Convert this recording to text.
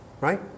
Right